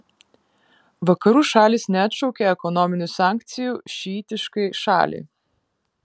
vakarų šalys neatšaukė ekonominių sankcijų šiitiškai šaliai